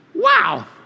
Wow